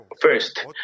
First